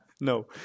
No